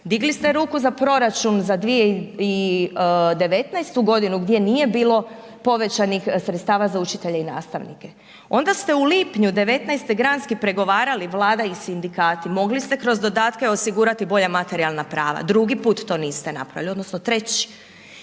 digli ste ruku za proračun za 2019.g. gdje nije bilo povećanih sredstava za učitelje i nastavnike, onda ste u lipnju '19. granski pregovarali Vlada i sindikati mogli ste kroz dodatke osigurati bolja materijalna prava, drugi put to niste napravili odnosno treći